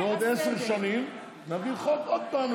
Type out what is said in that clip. רק שתדעי שבעוד עשר שנים נעביר חוק עוד פעם,